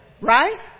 Right